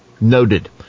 Noted